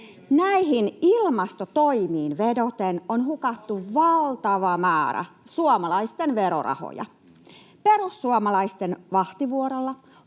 Näihin ilmastotoimiin vedoten on hukattu valtava määrä suomalaisten verorahoja. Perussuomalaisten vahtivuorolla